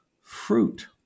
fruit